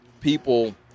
people